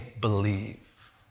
believe